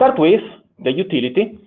but with, the utility,